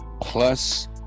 plus